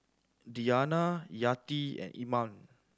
Diyana Yati and Iman